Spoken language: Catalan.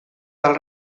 del